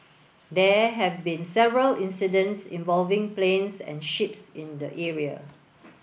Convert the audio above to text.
there have been several incidents involving planes and ships in the area